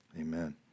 amen